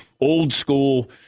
old-school